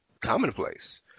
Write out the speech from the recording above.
commonplace